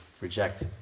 reject